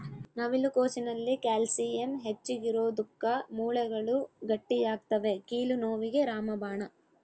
ನವಿಲು ಕೋಸಿನಲ್ಲಿ ಕ್ಯಾಲ್ಸಿಯಂ ಹೆಚ್ಚಿಗಿರೋದುಕ್ಕ ಮೂಳೆಗಳು ಗಟ್ಟಿಯಾಗ್ತವೆ ಕೀಲು ನೋವಿಗೆ ರಾಮಬಾಣ